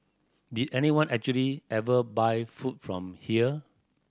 did anyone actually ever buy food from here